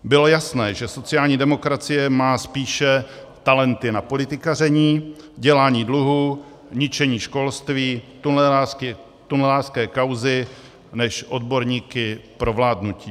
Bylo jasné, že sociální demokracie má spíše talenty na politikaření, dělání dluhů, ničení školství, tunelářské kauzy než odborníky pro vládnutí.